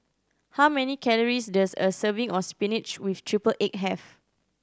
how many calories does a serving of spinach with triple egg have